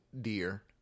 dear